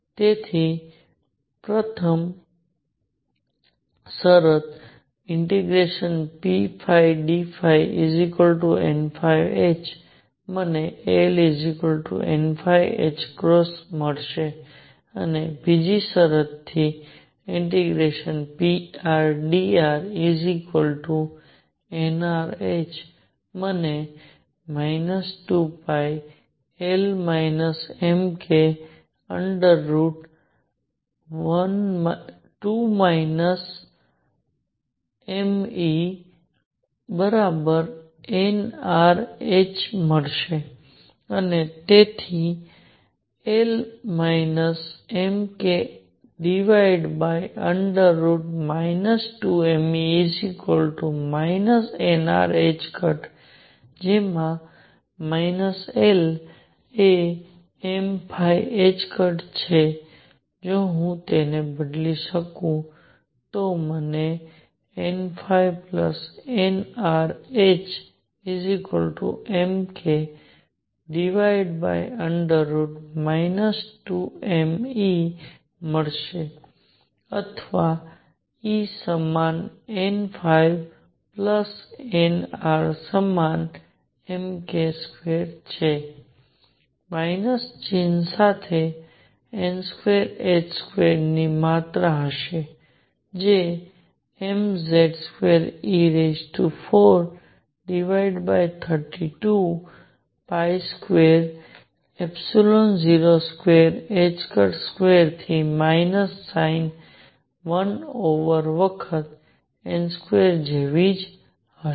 તેથી પ્રથમ શરતથી∫pdϕnh મને L n મળશે અને બીજી શરતથી ∫prdr nrh મને 2L mk 2mE nrh મળશે અને તેથી L mk 2mE nr જેમાં માઇનસ L એ m છે જો હું તેને બદલી શકું તો મને nnrmk 2mE મળશે અથવા E સમાન n phi plus n r સમાન m k2 છે માઇનસ ચિહ્ન સાથે n22 ની માત્રા હશે જે mZ2e4322022 થી માઇનસ સાઇન 1 ઓવર વખત n2 જેવી જ હશે